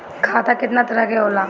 खाता केतना तरह के होला?